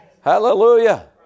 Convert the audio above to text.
Hallelujah